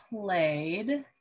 played